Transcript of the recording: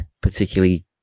particularly